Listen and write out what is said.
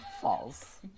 False